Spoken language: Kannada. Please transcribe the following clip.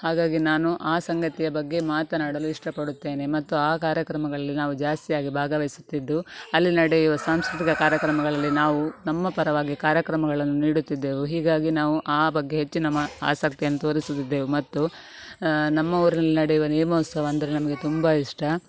ಹಾಗಾಗಿ ನಾನು ಆ ಸಂಗತಿಯ ಬಗ್ಗೆ ಮಾತನಾಡಲು ಇಷ್ಟ ಪಡುತ್ತೇನೆ ಮತ್ತು ಆ ಕಾರ್ಯಕ್ರಮಗಳಲ್ಲಿ ನಾವು ಜಾಸ್ತಿಯಾಗಿ ಭಾಗವಹಿಸುತ್ತಿದ್ದು ಅಲ್ಲಿ ನಡೆಯುವ ಸಾಂಸ್ಕೃತಿಕ ಕಾರ್ಯಕ್ರಮಗಳಲ್ಲಿ ನಾವು ನಮ್ಮ ಪರವಾಗಿ ಕಾರ್ಯಕ್ರಮಗಳನ್ನು ನೀಡುತ್ತಿದ್ದೆವು ಹೀಗಾಗಿ ನಾವು ಆ ಬಗ್ಗೆ ಹೆಚ್ಚಿನ ಮಾ ಆಸಕ್ತಿಯನ್ನು ತೋರಿಸುತ್ತಿದ್ದೆವು ಮತ್ತು ನಮ್ಮ ಊರಿನಲ್ಲಿ ನಡೆಯುವ ನೇಮೋತ್ಸವ ಅಂದರೆ ನಮಗೆ ತುಂಬ ಇಷ್ಟ